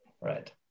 right